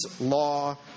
law